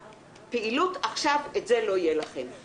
בפעילות עכשיו לא יהיה לכם את זה.